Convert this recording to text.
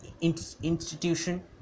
institution